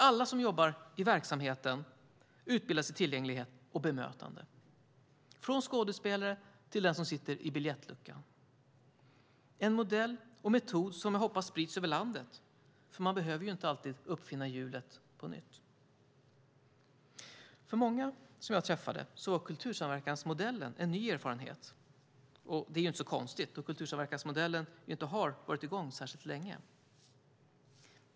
Alla som jobbar i verksamheten, från skådespelare till den som sitter i biljettluckan, utbildas i tillgänglighet och bemötande. Det är en modell och metod som jag hoppas sprids över landet, för man behöver inte alltid uppfinna hjulet på nytt. För många som jag träffade var kultursamverkansmodellen en ny erfarenhet. Det är inte så konstigt då kultursamverkansmodellen inte har varit i gång särskilt länge.